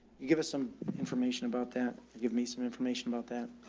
you give us some information about that. give me some information about that.